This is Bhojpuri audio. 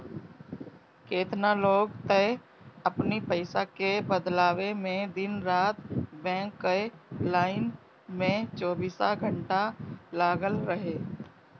केतना लोग तअ अपनी पईसा के बदलवावे में दिन रात बैंक कअ लाइन में चौबीसों घंटा लागल रहे